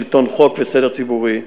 שלטון חוק וסדר ציבורי.